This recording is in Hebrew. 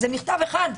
זה מכתב אחד,